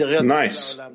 nice